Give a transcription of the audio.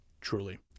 truly